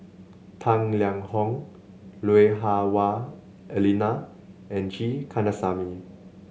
Tang Liang Hong Lui Hah Wah Elena and G Kandasamy